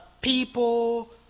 people